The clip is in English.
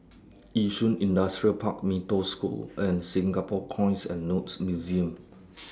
Yishun Industrial Park Mee Toh School and Singapore Coins and Notes Museum